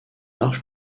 large